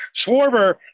Schwarber